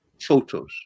photos